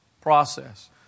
process